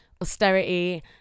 austerity